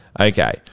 Okay